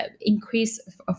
increase